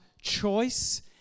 choice